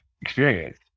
experience